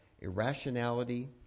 irrationality